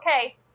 Okay